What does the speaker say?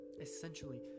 essentially